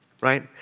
right